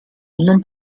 non